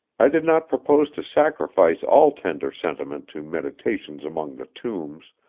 i did not propose to sacrifice all tender sentiment to meditations among the tombs,